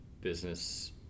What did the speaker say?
business